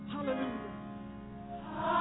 Hallelujah